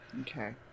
Okay